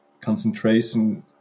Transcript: concentration